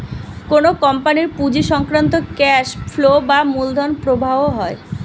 কোন কোম্পানির পুঁজি সংক্রান্ত ক্যাশ ফ্লো বা মূলধন প্রবাহ হয়